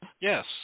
Yes